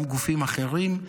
גם גופים אחרים,